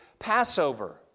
Passover